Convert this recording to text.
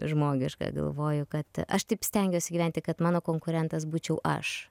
žmogiška galvoju kad aš taip stengiuosi gyventi kad mano konkurentas būčiau aš